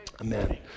Amen